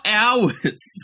hours